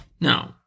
No